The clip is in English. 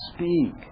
speak